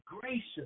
gracious